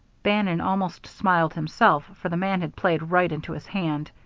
bannon almost smiled himself, for the man had played right into his hand.